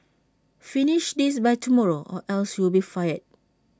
finish this by tomorrow or else you'll be fired